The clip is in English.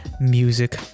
music